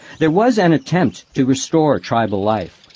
there was an attempt to restore tribal life.